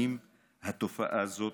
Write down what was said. התופעה הזו